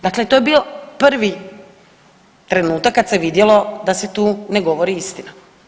Dakle, to je bio prvi trenutak kad se vidjelo da se tu ne govori istina.